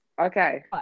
Okay